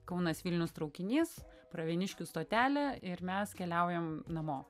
kaunas vilnius traukinys pravieniškių stotelė ir mes keliaujam namo